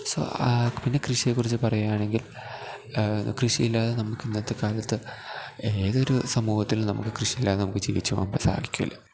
പിന്നെ കൃഷിയെക്കുറിച്ച് പറയുകയാണെങ്കിൽ കൃഷിയില്ലാതെ നമുക്ക് ഇന്നത്തെക്കാലത്ത് ഏതൊരു സമൂഹത്തിലും നമുക്ക് കൃഷിയില്ലാതെ നമുക്ക് ജീവിച്ചുപോവാൻ സാധിക്കില്ല